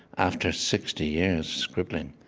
after sixty years scribbling,